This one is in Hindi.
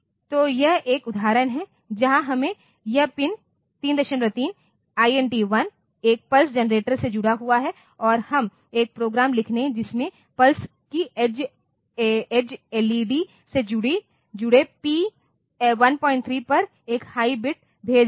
तो यह एक उदाहरण है जहां हमें यह पिन 33 INT 1 एक पल्स जनरेटर से जुड़ा हुआ है और हम एक प्रोग्राम लिखेंगे जिसमें पल्स की एज एलईडी से जुड़े पी 13 पर एक हाई बिट भेज देंगे